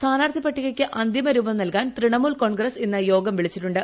സ്ഥാനാർത്ഥി പട്ടികയ്ക്ക് അന്തിമ രൂപം നൽകാൻ തൃണമുൽ കോൺഗ്രസ് ഇന്ന് യോഗം വിളിച്ചിട്ടുണ്ട്